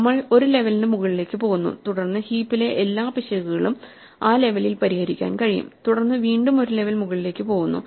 നമ്മൾ ഒരു ലെവലിനു മുകളിലേക്ക് പോകുന്നു തുടർന്ന് ഹീപ്പിലെ എല്ലാ പിശകുകളും ആ ലെവലിൽ പരിഹരിക്കാൻ കഴിയും തുടർന്ന് വീണ്ടും ഒരു ലെവൽ മുകളിലേക്കു പോകുന്നു